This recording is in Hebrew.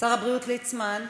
שר הבריאות ליצמן.